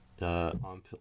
on